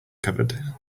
covered